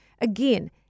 Again